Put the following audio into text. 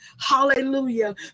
Hallelujah